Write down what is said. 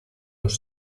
los